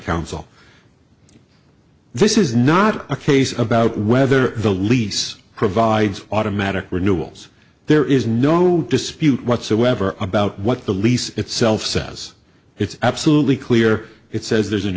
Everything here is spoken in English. counsel this is not a case about whether the lease provides automatic renewals there is no dispute whatsoever about what the lease itself says it's absolutely clear it says there's an